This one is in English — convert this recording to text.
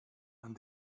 and